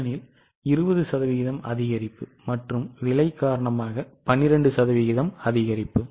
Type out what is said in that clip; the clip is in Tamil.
ஏனெனில் 20 சதவிகிதம் அதிகரிப்பு மற்றும் விலை காரணமாக 12 சதவிகிதம் அதிகரிப்பு